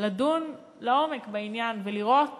לדון לעומק בעניין ולראות